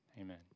Amen